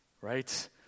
Right